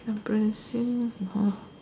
embarrassing orh